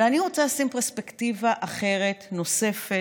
אבל אני רוצה לתת פרספקטיבה אחרת, נוספת,